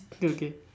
okay